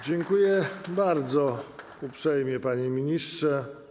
Dziękuję bardzo uprzejmie, panie ministrze.